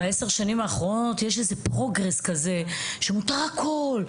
ב-10 השנים האחרונות יש איזה פרוגרס כזה שמותר הכול.